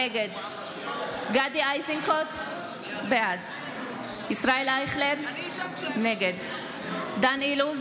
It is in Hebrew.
נגד גדי איזנקוט, בעד ישראל אייכלר, נגד דן אילוז,